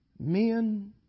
men